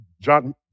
John